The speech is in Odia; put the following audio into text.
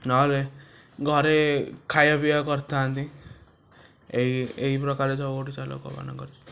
ନ ହେଲେ ଘରେ ଖାଇବା ପିଇବା କରିଥାନ୍ତି ଏଇ ଏଇ ପ୍ରକାର ସବୁ ଓଡ଼ିଶା ଲୋକମାନଙ୍କର